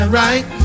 right